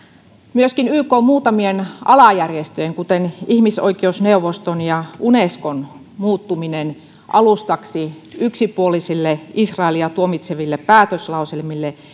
myöskin ykn muutamien alajärjestöjen kuten ihmisoikeusneuvoston ja unescon muuttuminen alustaksi yksipuolisille israelia tuomitseville päätöslauselmille